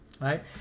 right